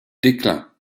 déclin